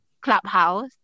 clubhouse